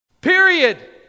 Period